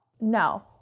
No